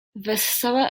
wessała